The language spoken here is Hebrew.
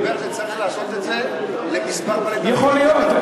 נדבר, שצריך לעשות את זה, יכול להיות.